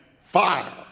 fire